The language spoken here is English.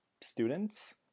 students